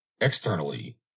Externally